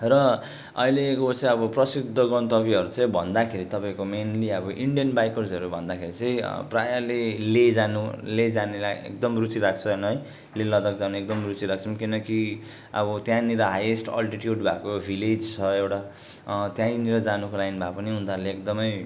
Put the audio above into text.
र अहिलेकोहरू चाहिँ अब प्रसिद्ध गन्तव्यहरू चाहिँ भन्दाखेरी तपाईँको मेन्ली अब इन्डियन बाइकर्सहरू भन्दाखेरि चाहिँ प्रायःले लेह जानु लेह जानेलाई एकदम रुचि राख्छन् है लेह लद्दाख जानु एकदम रुचि राख्छन् किनकि अब त्यहाँनिर हायेस्ट अल्टिट्युड भएको भिलेज छ एउटा त्यहीँनिर जानको लागि भए पनि उनीहरूले एकदमै